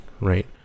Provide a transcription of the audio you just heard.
right